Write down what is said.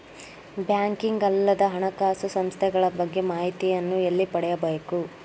Banking ಅಲ್ಲದ ಹಣಕಾಸು ಸಂಸ್ಥೆಗಳ ಬಗ್ಗೆ ಮಾಹಿತಿಯನ್ನು ಎಲ್ಲಿ ಪಡೆಯಬೇಕು?